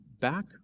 back